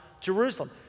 Jerusalem